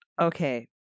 Okay